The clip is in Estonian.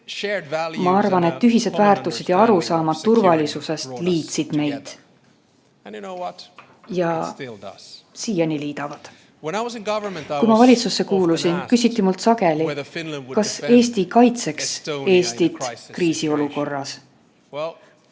Ma arvan, et ühised väärtused ja arusaamad turvalisusest liitsid meid, ja liidavad siiani. Kui ma valitsusse kuulusin, küsiti mult sageli, kas Soome kaitseks Eestit kriisiolukorras.